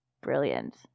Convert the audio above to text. Brilliant